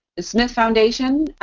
the smith foundation,